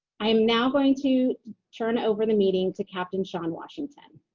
i'm now going to turn over the meeting to captain sean washington.